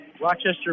Rochester